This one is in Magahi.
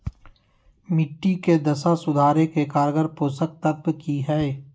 मिट्टी के दशा सुधारे के कारगर पोषक तत्व की है?